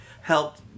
helped